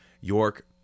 york